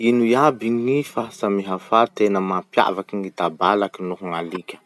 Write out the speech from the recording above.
Ino iaby gny fahasamihafa tena mampiavaky gny tabalaky noho gn'alika?